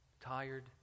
tired